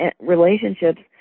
relationships